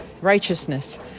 righteousness